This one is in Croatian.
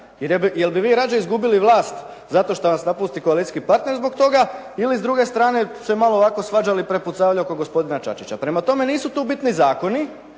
Jer bi vi radije izgubili vlast zato šta vas napusti koalicijski partner zbog toga ili s druge strane se malo ovako svađali, prepucavali oko gospodina Čačića. Prema tome, nisu tu bitni zakoni